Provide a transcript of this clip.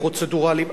פרוצדורליים.